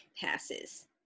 passes